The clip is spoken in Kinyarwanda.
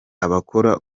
abakora